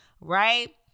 right